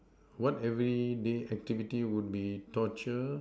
what everyday activity would be torture